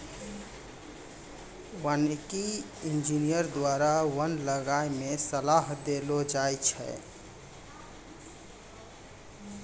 वानिकी इंजीनियर द्वारा वन लगाय मे सलाह देलो जाय छै